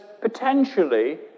potentially